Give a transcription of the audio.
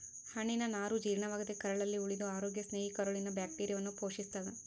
ಹಣ್ಣಿನನಾರು ಜೀರ್ಣವಾಗದೇ ಕರಳಲ್ಲಿ ಉಳಿದು ಅರೋಗ್ಯ ಸ್ನೇಹಿ ಕರುಳಿನ ಬ್ಯಾಕ್ಟೀರಿಯಾವನ್ನು ಪೋಶಿಸ್ತಾದ